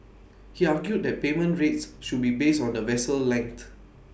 he argued that payment rates should be based on the vessel length